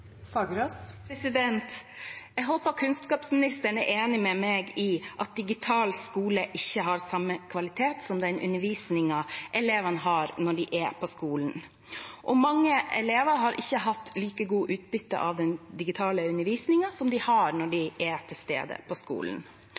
Jeg håper kunnskapsministeren er enig med meg i at digital skole ikke har samme kvalitet som den undervisningen elevene har når de er på skolen. Mange elever har ikke hatt like godt utbytte av den digitale undervisningen som det de har når de er til stede på skolen.